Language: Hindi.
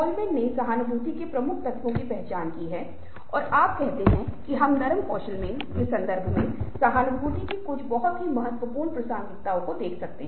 जीवन दुखों से भरा है हमारे पास बहुत सारी कठिनाइयाँ हैं और हमारा प्राथमिक उद्देश्य यह है कि हम अपने जीवन को कठिनाइयों से और कष्टों से कैसे निकालें बजाय यह पूछने के कि क्या मृत्यु के बाद एक और जीवन है